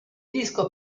disco